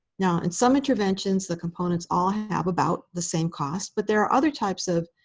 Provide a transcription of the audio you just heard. now in some interventions, the components all have about the same cost, but there are other types of